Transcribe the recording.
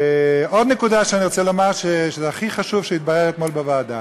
עוד נקודה, וזה הכי חשוב, התבררה אתמול בוועדה.